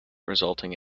resulting